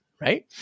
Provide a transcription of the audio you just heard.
Right